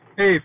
Hey